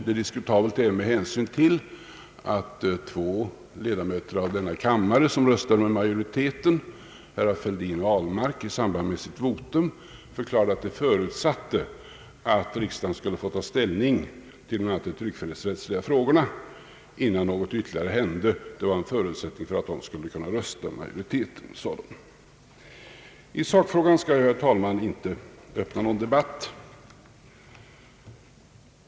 Det är diskutabelt inte minst med hänsyn till att två ledamöter av denna kammare som röstade med majoriteten, herrar Fälldin och Ahlmark, i samband med sitt votum förklarade att de förutsatte att riksdagen skulle få ta ställning till dessa tryckfrihetsrättsliga frågor, innan något ytterligare hände. Det var en förutsättning för att de skulle kunna rösta med majoriteten, ansåg de. I sakfrågan skall jag, herr talman, inte öppna någon debatt.